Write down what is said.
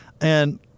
And-